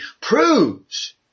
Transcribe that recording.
proves